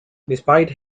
despite